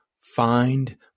Find